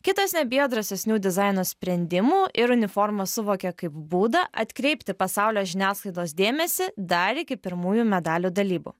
kitos nebijo drąsesnių dizaino sprendimų ir uniformas suvokia kaip būdą atkreipti pasaulio žiniasklaidos dėmesį dar iki pirmųjų medalių dalybų